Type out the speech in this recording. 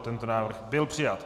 Tento návrh byl přijat.